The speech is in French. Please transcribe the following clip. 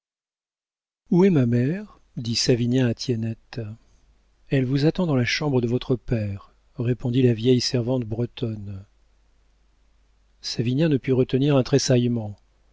où est ma mère dit savinien à tiennette elle vous attend dans la chambre de votre père répondit la vieille servante bretonne savinien ne put retenir un tressaillement